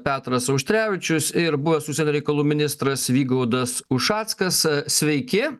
petras auštrevičius ir buvęs užsienio reikalų ministras vygaudas ušackas sveiki